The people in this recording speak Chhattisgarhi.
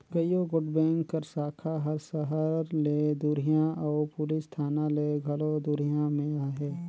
कइयो गोट बेंक कर साखा हर सहर ले दुरिहां अउ पुलिस थाना ले घलो दुरिहां में अहे